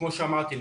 כמו שאמרתי,